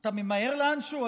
אתה ממהר לאנשהו?